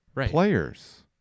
players